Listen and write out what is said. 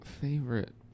favorite